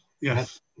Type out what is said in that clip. Yes